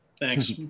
Thanks